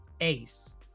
ace